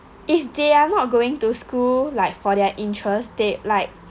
if they are not going to school like for their interest they like